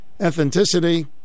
ethnicity